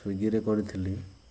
ସୁଇଗିରେ କରିଥିଲି